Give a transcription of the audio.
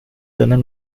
tener